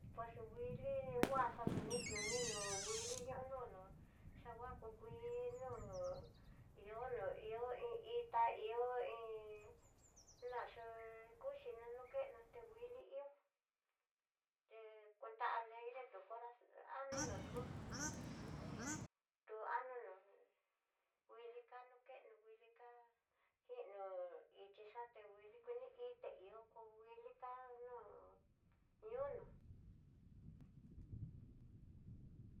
Kuexo wuili, nguaxaxi no ni nó'o, wuili ño nonon xangua ku kuiil, hu no ihó no ihó, iin itá ihó in naxu'u kuxhii no kená tu wuili ihó, té kuenta aregre tu cora a nunutuo tú anunu wuili kano keno wuili ká keno ichí xaté wuili kunii, ité ihó ku wuiliká no'o ihúno.